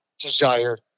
desire